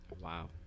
Wow